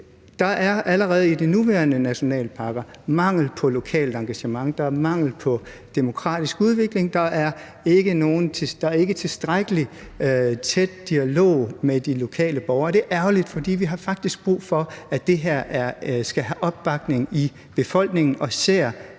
Der er allerede i de nuværende nationalparker mangel på lokalt engagement. Der er mangel på demokratisk udvikling. Der er ikke tilstrækkelig tæt dialog med de lokale borgere, og det er ærgerligt, for vi har faktisk brug for, at det her får opbakning i befolkningen, især